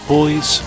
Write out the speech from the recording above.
Boys